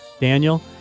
daniel